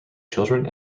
children